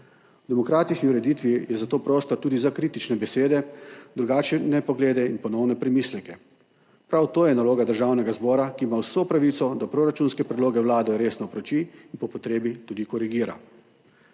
V demokratični ureditvi je zato prostor tudi za kritične besede, drugačne poglede in ponovne premisleke. Prav to je naloga Državnega zbora, ki ima vso pravico, da proračunske predloge vlade resno prouči in po potrebi tudi korigira.